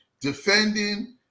defending